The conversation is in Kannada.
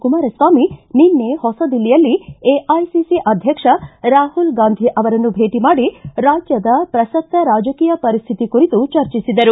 ಕುಮಾರಸ್ವಾಮಿ ನಿನ್ನೆ ಹೊಸ ದಿಲ್ಲಿಯಲ್ಲಿ ಎಐಸಿಸಿ ಅಧ್ಯಕ್ಷ ರಾಹುಲ್ ಗಾಂಧಿ ಅವರನ್ನು ಭೇಟಿ ಮಾಡಿ ರಾಜ್ಯದ ಪ್ರಸಕ್ತ ರಾಜಕೀಯ ಪರಿಸ್ಥಿತಿ ಕುರಿತು ಚರ್ಚಿಸಿದರು